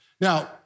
Now